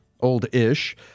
old-ish